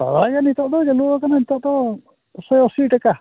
ᱦᱳᱭ ᱱᱤᱛᱳᱜ ᱫᱚ ᱪᱟᱹᱞᱩᱣᱟ ᱟᱠᱟᱱᱟ ᱱᱤᱛᱳᱜ ᱫᱚ ᱫᱩᱥᱚ ᱟᱥᱤ ᱴᱟᱠᱟ